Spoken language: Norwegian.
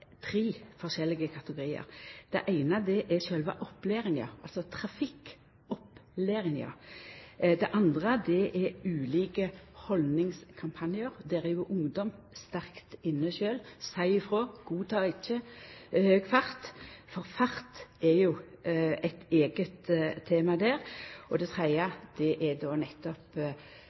tre forskjellige kategoriar. Det eine er sjølve trafikkopplæringa. Det andre er ulike haldningskampanjar. Der er ungdomen sjølv sterkt inne, seier frå og godtek ikkje høg fart, for fart er eit eige tema der. Det tredje er nettopp